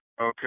Okay